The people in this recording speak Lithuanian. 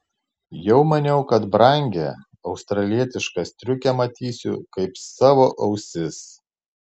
jau maniau kad brangią australietišką striukę matysiu kaip savo ausis